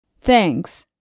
Thanks